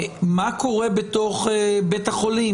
מה קורה בתוך בית החולים?